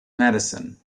medicine